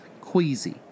queasy